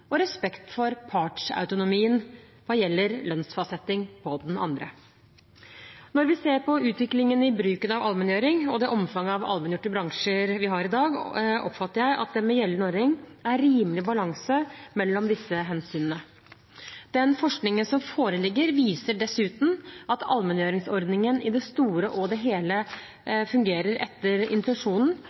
og respekt for partsautonomien hva gjelder lønnsfastsetting på den andre. Når vi ser på utviklingen i bruken av allmenngjøring og det omfanget av allmenngjorte bransjer vi har i dag, oppfatter jeg at det med gjeldende ordning er en rimelig balanse mellom disse hensynene. Den forskningen som foreligger, viser dessuten at allmenngjøringsordningen i det store og hele fungerer etter intensjonen.